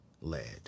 led